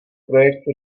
projektu